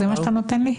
זה מה שאתה נותן לי?